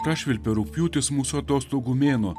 prašvilpė rugpjūtis mūsų atostogų mėnuo